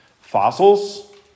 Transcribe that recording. Fossils